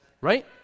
right